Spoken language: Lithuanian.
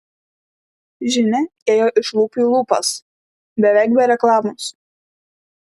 žinia ėjo iš lūpų į lūpas beveik be reklamos